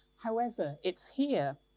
however, it's here,